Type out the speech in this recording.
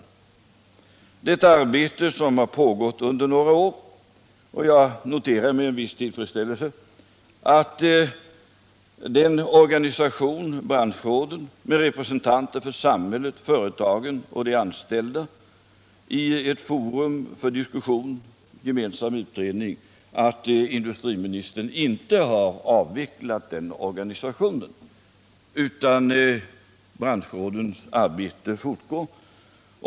Det är ett arbete som pågått under några år, och jag noterar med en viss tillfredsställelse att industriministern inte har avvecklat den organisationen — branschråden med representanter för samhället, företagen och de anställda som ett forum för diskussion och gemensam utredning — utan att branschrådens arbete fortgår.